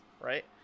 right